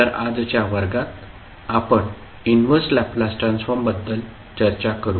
तर आजच्या वर्गात आपण इनव्हर्स लॅपलास ट्रान्सफॉर्मबद्दल चर्चा करू